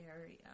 area